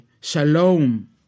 Shalom